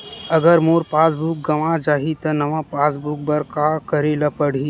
अगर मोर पास बुक गवां जाहि त नवा पास बुक बर का करे ल पड़हि?